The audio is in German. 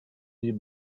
die